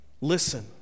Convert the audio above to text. listen